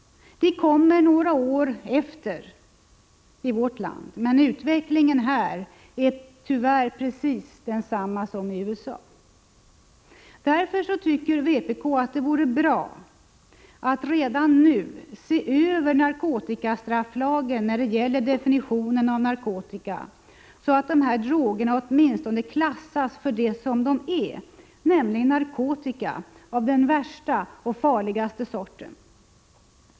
Vi kommer några år efter i vårt land, men utvecklingen här är tyvärr precis densamma som i USA. Därför anser vpk att det vore bra att redan nu se över narkotikastrafflagen när det gäller definitionen av narkotika så att dessa droger åtminstone klassas för vad de är, nämligen narkotika av den värsta och farligaste sorten.